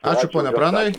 ačiū pone pranai